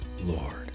Lord